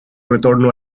retorno